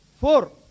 four